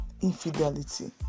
Infidelity